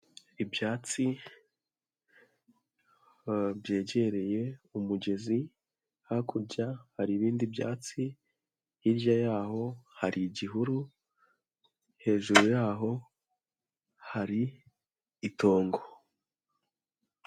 Ibyatsi byegereye umugezi hakurya hari ibindi byatsi, hirya yho hari igihuru hejuru yaho hari itongo.